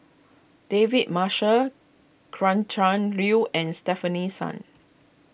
David Marshall cran chan Liu and Stefanie Sun